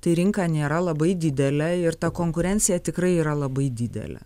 tai rinka nėra labai didelė ir ta konkurencija tikrai yra labai didelė